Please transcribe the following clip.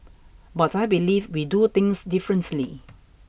but I believe we do things differently